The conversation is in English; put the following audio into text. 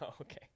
Okay